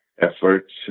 efforts